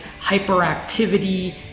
hyperactivity